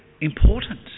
important